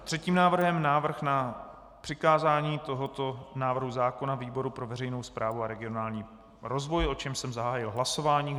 Třetím návrhem je návrh na přikázání tohoto návrhu zákona výboru pro veřejnou správu a regionální rozvoj, o čemž jsem zahájil hlasování.